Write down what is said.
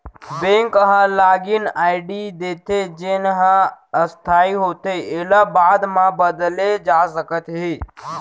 bank ह login ID देथे जेन ह अस्थाई होथे एला बाद म बदले जा सकत हे